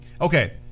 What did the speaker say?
okay